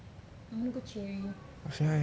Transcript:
I wanna go cherry